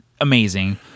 amazing